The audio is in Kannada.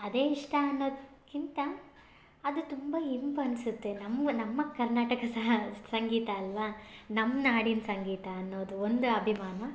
ಅದೇ ಇಷ್ಟ ಅನ್ನೋದಕ್ಕಿಂತ ಅದು ತುಂಬ ಇಂಪು ಅನಿಸುತ್ತೆ ನಮಗು ನಮ್ಮ ಕರ್ನಾಟಕ ಸಹ ಸಂಗೀತ ಅಲ್ಲವಾ ನಮ್ಮ ನಾಡಿನ ಸಂಗೀತ ಅನ್ನೋದು ಒಂದು ಅಭಿಮಾನ